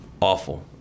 Awful